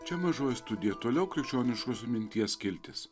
čia mažoji studija toliau krikščioniškosios minties skiltis